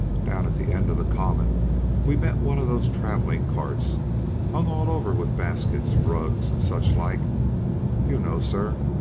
down at the end of the common we met one of those traveling carts hung all over with baskets, rugs, and such like you know, sir,